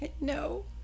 No